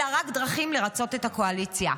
אלא רק דרכים לרצות את הקואליציה.